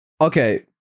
okay